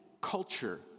culture